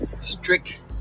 strict